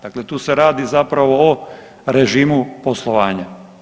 Dakle, tu se radi zapravo o režimu poslovanja.